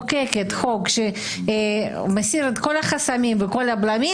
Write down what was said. מחוקקת חוק שמסיר את כל החסמים ואת כל הבלמים,